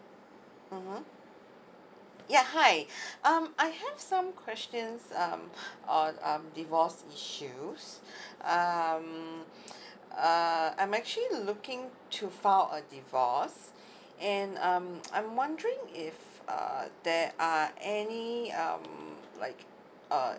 (uh huh) ya hi um I have some questions um uh um divorce issues um err I'm actually looking to file a divorce and um I'm wondering if uh there are any um like uh